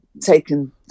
taken